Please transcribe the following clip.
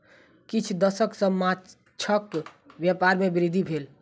किछ दशक सॅ माँछक व्यापार में वृद्धि भेल